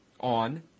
On